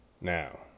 Now